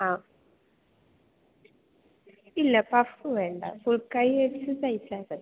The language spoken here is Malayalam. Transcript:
ആ ഇല്ല പഫ് വേണ്ട ഫുൾ കൈ വെച്ചു തയ്ച്ചാൽ മതി